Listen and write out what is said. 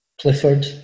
Clifford